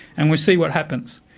and we see what happens.